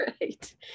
Right